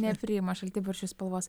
nepriima šaltibarščių spalvos